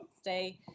Stay